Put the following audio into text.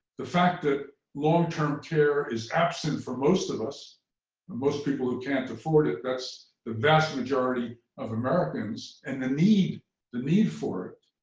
the fact that long-term care is absent for most of us most people who can't afford it. that's the vast majority of americans. and the need the need for it.